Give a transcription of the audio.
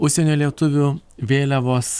užsienio lietuvių vėliavos